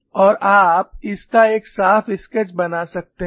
और आप इस का एक साफ स्केच बना सकते हैं